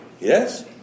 Yes